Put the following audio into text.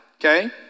okay